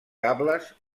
cables